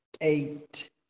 eight